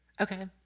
Okay